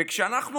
וכשאנחנו